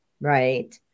right